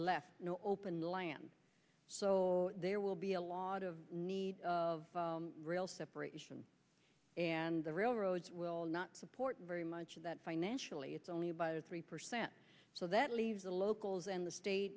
left open land so there will be a lot of need of rail separation and the railroads will not support very much of that financially it's only about three percent so that leaves the locals and the state